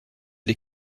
les